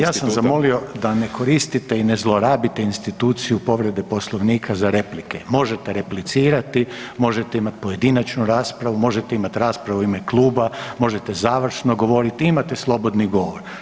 Ja sam zamolio da ne koristite i ne zlorabite instituciju povrede Poslovnika za replike, možete replicirati, možete imat pojedinačnu raspravu, možete imat raspravu u ime kluba, možete završno govoriti, imate slobodni govor.